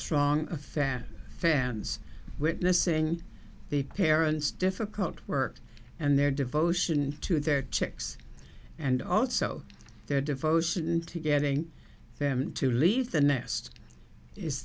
strong a fan fans witnessing the parents difficult work and their devotion to their chicks and also their devotion to getting them to leave the nest is